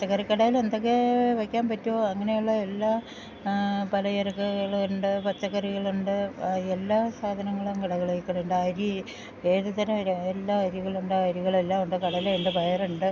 പച്ചക്കറി കടേലെന്തൊക്കേ വെക്കാൻ പറ്റ്വോ അങ്ങനെ ഉള്ള എല്ലാ പലചരക്കള്ണ്ട് പച്ചക്കറികള്ണ്ട് എല്ലാ സാധനങ്ങളും കടകളേ കൊണ്ട്ണ്ടരി ഏത് തരം അരിയാണ് എല്ലാ അരികളുണ്ടാ അരികളെല്ലാ ഉണ്ട് കടലയ്ണ്ട് പയറ്ണ്ട്